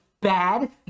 bad